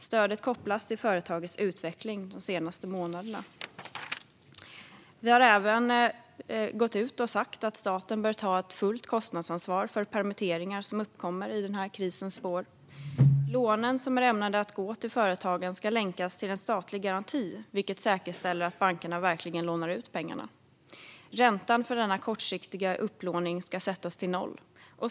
Stödet kopplas till företagets utveckling de senaste månaderna. Vi har även gått ut och sagt att staten bör ta ett fullt kostnadsansvar för permitteringar som uppkommer i krisens spår. De lån som är ämnade att gå till företagen ska länkas till en statlig garanti, vilket säkerställer att bankerna verkligen lånar ut pengarna. Räntan för denna kortsiktiga upplåning ska sättas till noll.